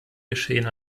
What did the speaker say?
geschehen